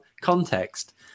context